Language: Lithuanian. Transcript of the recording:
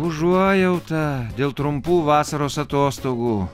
užuojauta dėl trumpų vasaros atostogų